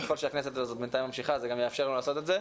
ככל שהכנסת הזו בינתיים ממשיכה זה גם יאפשר לנו לעשות את זה.